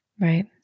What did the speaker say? Right